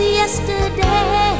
yesterday